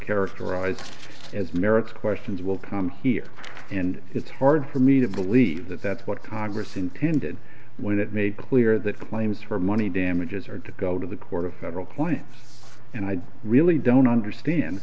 characterized as merits questions will come here and it's hard for me to believe that that's what congress intended when it made clear that the claims for money damages are to go to the court of federal clients and i really don't understand